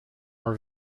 were